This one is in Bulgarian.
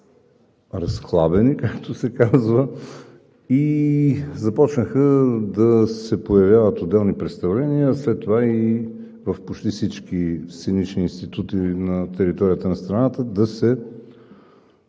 разхлабени, както се казва, започнаха да се появяват отделни представления и в почти всички сценични институти на територията на страната да се